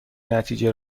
نتیجه